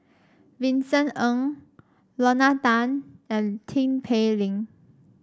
Vincent Ng Lorna Tan and Tin Pei Ling